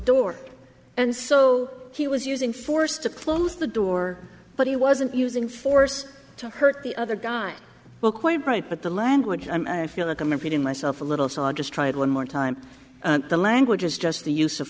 door and so he was using force to close the door but he wasn't using force to hurt the other guy well quite right but the language i feel like i'm repeating myself a little so i just tried one more time the language is just the use of